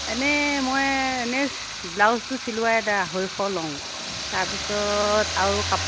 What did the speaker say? এনে মই এনে ব্লাউজটো চিলোৱাই এতিয়া আঢ়ৈশ লওঁ তাৰপিছত আৰু কাপোৰ